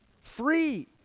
Free